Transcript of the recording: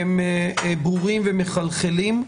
שהדברים ברורים ומחלחלים.